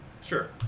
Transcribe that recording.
Sure